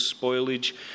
spoilage